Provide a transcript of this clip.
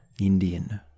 Indian